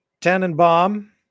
Tannenbaum